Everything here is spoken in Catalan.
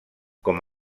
com